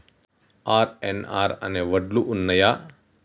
RNR అనే వడ్లు ఉన్నయా?